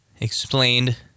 explained